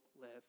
live